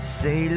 say